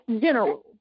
general